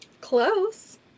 Close